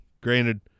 Granted